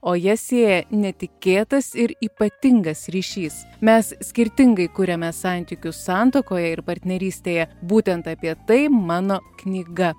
o jas sieja netikėtas ir ypatingas ryšys mes skirtingai kuriame santykius santuokoje ir partnerystėje būtent apie tai mano knyga